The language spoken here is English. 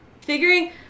figuring